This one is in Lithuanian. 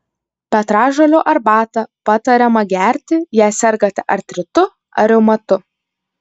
petražolių arbatą patariama gerti jei sergate artritu ar reumatu